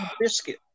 Biscuit